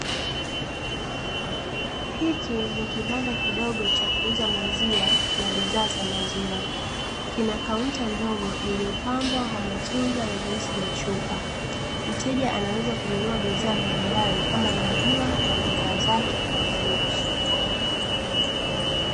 Hiki ni kibanda kidogo cha kuuza maziwa na bidhaa za maziwa, kina kaunta ndogo iliyopambwa kwa matunda na juisi za chupa. Mteja anaweza kununua bidhaa mbalimbali kama maziwa na bidhaa zake kwa urahisi.